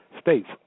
states